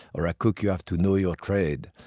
or a cook. you have to know your trade.